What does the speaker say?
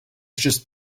just